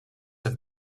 have